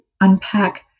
unpack